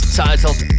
titled